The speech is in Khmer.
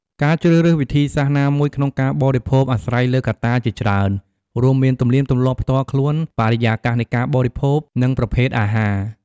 ការជ្រើសរើសវិធីសាស្ត្រណាមួយក្នុងការបរិភោគអាស្រ័យលើកត្តាជាច្រើន រួមមានទំនៀមទម្លាប់ផ្ទាល់ខ្លួន បរិយាកាសនៃការបរិភោគ និងប្រភេទអាហារ។